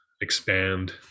expand